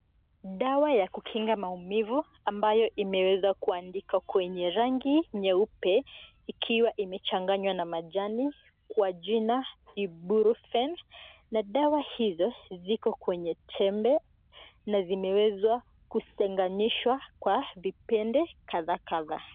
Dawa ya kukinga maumivu ambayo imeweza kuandikwa kwenye rangi nyeupe ikiwa imechanganywa na majani kwa jina IBUPROFEN na dawa hizo ziko kwenye tembe na zimewezwa kutenganishwa kwa vipande kadhaa kadhaa.